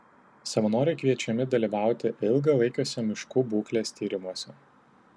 savanoriai kviečiami dalyvauti ilgalaikiuose miškų būklės tyrimuose